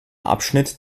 abschnitt